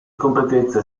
completezza